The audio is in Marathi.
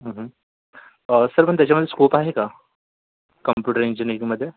सर पण त्याच्यामध्ये स्कोप आहे का कंप्यूटर इंजिनिअरींगमध्ये